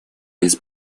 без